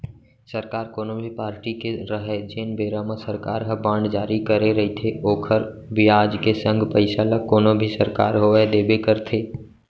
सरकार कोनो भी पारटी के रहय जेन बेरा म सरकार ह बांड जारी करे रइथे ओखर बियाज के संग पइसा ल कोनो भी सरकार होवय देबे करथे